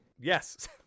Yes